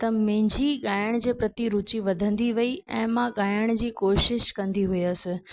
त मुंहिंजी ॻाइण जे प्रति रुचि वधंदी वई ऐं मां ॻाइण जी कोशिशि कंदी हुयसि